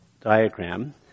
diagram